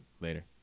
Later